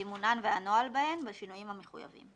זימונן והנוהל בהן בשינויים המחויבים.